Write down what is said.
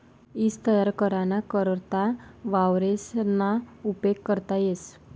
ईज तयार कराना करता वावरेसना उपेग करता येस